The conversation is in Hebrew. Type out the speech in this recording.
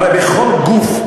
הרי בכל גוף,